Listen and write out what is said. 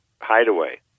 hideaway